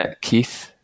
Keith